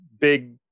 big